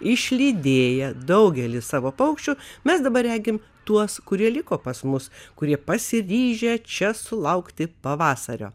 išlydėję daugelį savo paukščių mes dabar regime tuos kurie liko pas mus kurie pasiryžę čia sulaukti pavasario